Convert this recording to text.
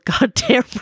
goddamn